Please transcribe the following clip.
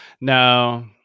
No